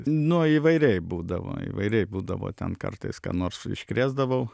nu įvairiai būdavo įvairiai būdavo ten kartais ką nors iškrėsdavau